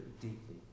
deeply